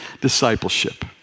discipleship